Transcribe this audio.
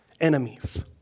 enemies